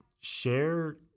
share